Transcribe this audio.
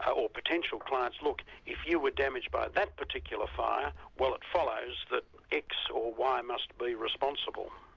ah or potential clients, look, if you were damaged by that particular fire, well it follows that x or y must be responsible.